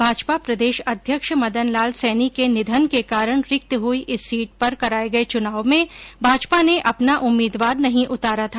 भाजपा प्रदेश अध्यक्ष मदन लाल सैनी के निधन के कारण रिक्त हुई इस सीट पर कराये गये चुनाव में भाजपा ने अपना उम्मीदवार नहीं उतारा था